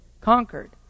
conquered